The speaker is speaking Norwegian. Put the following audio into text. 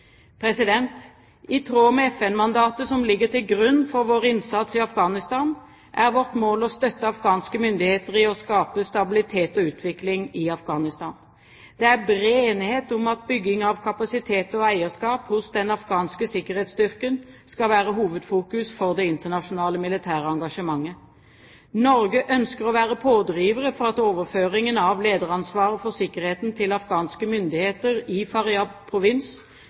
I tråd med FN-mandatet som ligger til grunn for vår innsats i Afghanistan, er vårt mål å støtte afghanske myndigheter i å skape stabilitet og utvikling i Afghanistan. Det er bred enighet om at bygging av kapasitet og eierskap hos den afghanske sikkerhetsstyrken skal være hovedfokus for det internasjonale militære engasjementet. Norge ønsker å være pådrivere for at overføringen av lederansvaret for sikkerheten til afghanske myndigheter i